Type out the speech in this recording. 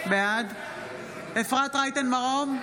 בעד אפרת רייטן מרום,